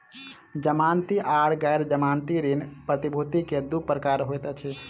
जमानती आर गैर जमानती ऋण प्रतिभूति के दू प्रकार होइत अछि